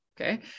okay